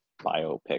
biopic